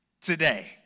today